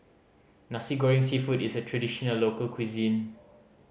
Nasi Goreng Seafood is a traditional local cuisine